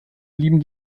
blieben